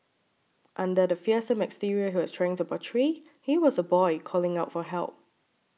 under the fearsome exterior he was trying to portray he was a boy calling out for help